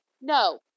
no